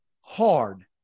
hard